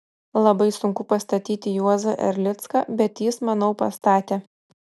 labai sunku pastatyti juozą erlicką bet jis manau pastatė